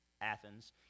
Athens